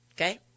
okay